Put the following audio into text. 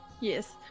Yes